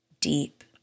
deep